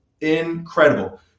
incredible